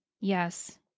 Yes